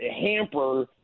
hamper